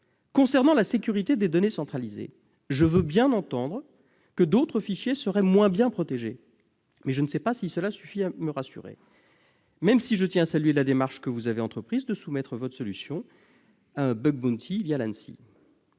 Concernant la sécurité des données centralisées, je veux bien entendre que d'autres fichiers seraient moins bien protégés, mais je ne sais pas si cela suffit à me rassurer. Je tiens toutefois à saluer la démarche, que vous avez engagée, de soumettre votre solution à Bug Bounty, l'Anssi.